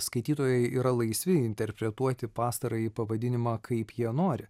skaitytojai yra laisvi interpretuoti pastarąjį pavadinimą kaip jie nori